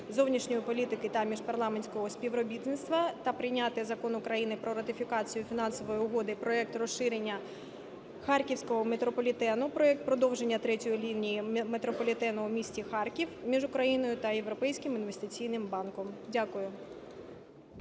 зовнішньої політики та міжпарламентського співробітництва та прийняти Закон України про ратифікацію Фінансової угоди (Проект "Розширення харківського метрополітену" (Проект "Подовження третьої лінії метрополітену у місті Харків") між Україною та Європейським інвестиційним банком. Дякую.